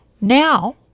Now